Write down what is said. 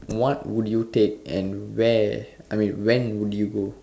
what would you take and where I mean when would you go